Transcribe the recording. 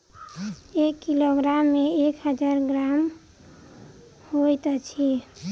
एक किलोग्राम मे एक हजार ग्राम होइत अछि